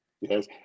Yes